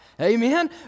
Amen